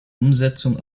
umsetzung